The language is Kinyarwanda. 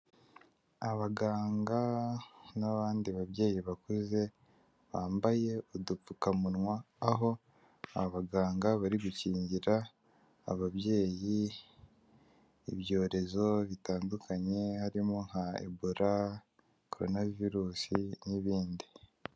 Abaganga n'abandi babyeyi bakuze bambaye udupfukamunwa, aho abaganga bari gukingira ababyeyi ibyorezo bitandukanye harimo nka ebola coronavirus n'ibindi.